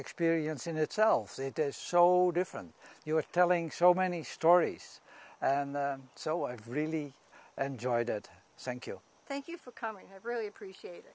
experience in itself it is so different you are telling so many stories and so i've really enjoyed it thank you thank you for coming i really appreciate